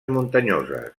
muntanyoses